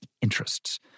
interests